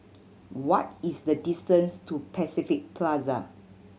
what is the distance to Pacific Plaza